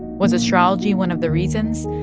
was astrology one of the reasons?